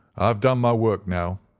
i've done my work now,